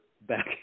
back